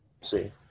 See